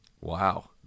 Wow